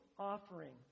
Offering